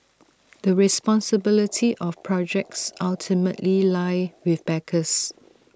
the responsibility of projects ultimately lie with backers